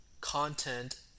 content